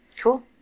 Cool